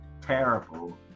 terrible